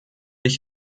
ich